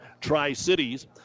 Tri-Cities